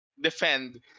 defend